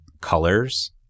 colors